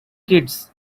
kids